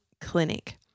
Clinic